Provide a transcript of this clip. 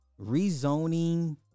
Rezoning